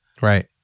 Right